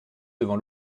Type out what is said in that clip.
devant